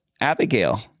Abigail